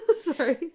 Sorry